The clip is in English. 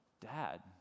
Dad